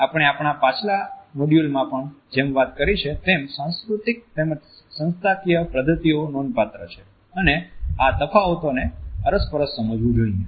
જો કે આપણે આપણા પાછલા મોડ્યુલમાં પણ જેમ વાત કરી છે તેમ સાંસ્કૃતિક તેમજ સંસ્થાકીય પદ્ધતિઓ નોંધપાત્ર છે અને આ તફાવતોને અરસપરસ સમજવુ જોઈએ